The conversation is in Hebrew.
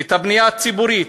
את הבנייה הציבורית,